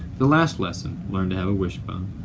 the last lesson, learn to have a wishbone.